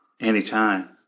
anytime